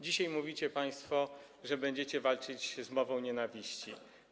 Dzisiaj mówicie państwo, że będziecie walczyć z mową nienawiści.